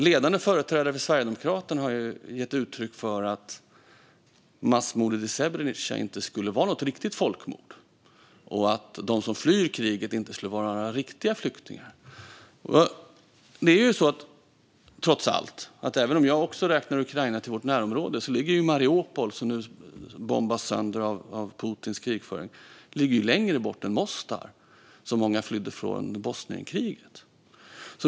Ledande företrädare för Sverigedemokraterna har ju gett uttryck för att massmordet i Srebrenica inte skulle ha varit något riktigt folkmord och för att de som flytt kriget inte skulle ha varit några riktiga flyktingar. Även om jag också räknar Ukraina till vårt närområde är det trots allt så att Mariupol, som nu bombas sönder av Putins krigföring, ligger längre bort än Mostar, som många flydde från under Bosnienkriget.